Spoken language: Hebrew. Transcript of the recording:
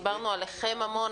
דיברנו עליכם המון,